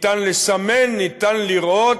ניתן לסמן, ניתן לראות,